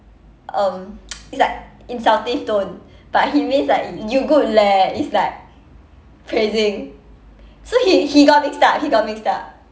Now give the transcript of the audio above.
um it's like insultive tone but he means like you good leh it's like phrasing so he he got mixed up he got mixed up